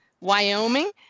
wyoming